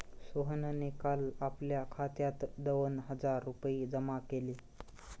सोहनने काल आपल्या खात्यात दोन हजार रुपये जमा केले